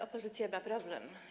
Opozycja ma problem.